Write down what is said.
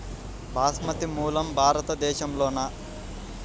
బాస్మతి మూలం భారతదేశంలోనా?